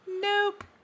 Nope